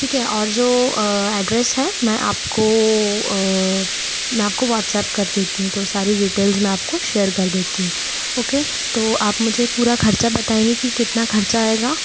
ठीक है और जो एड्रैस है मैं आपको मैं आपको व्हाट्सएप कर देती हूँ तो सारी डिटेल्स मैं आपको शेयर कर देती हूँ ओके तो आप मुझे पूरा खर्चा बताएंगे की कितना खर्चा आएगा